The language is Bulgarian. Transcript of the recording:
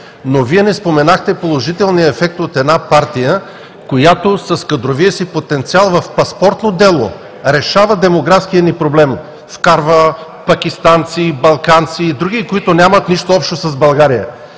Вие не споменахте положителния ефект от една партия, която с кадровия си потенциал в паспортно дело решава демографския ни проблем – вкарва пакистанци, балканци и други, които нямат нищо общо с България.